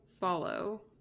follow